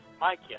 Mike